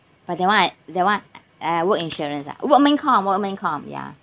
but that [one] I that [one] I work insurance ah workman com workman com ya